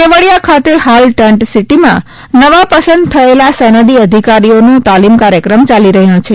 કેવડીયા ખાતે હાલ ટેન્ટસીટીમાં નવા પસંદ થયેલા સનદી અધિકારીઓના તાલીમ કાર્યક્રમ ચાલી રહ્યો છે